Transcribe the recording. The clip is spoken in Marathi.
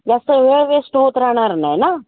जास्त वेळ वेस्ट होत राहणार नाही ना